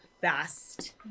fast